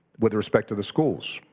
with respect to the schools,